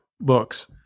books